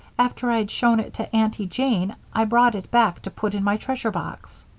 after i'd shown it to aunty jane i brought it back to put in my treasure box.